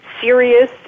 serious